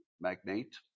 magnate